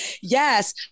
Yes